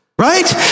right